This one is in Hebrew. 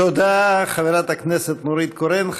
תודה, חברת הכנסת נורית קורן.